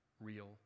real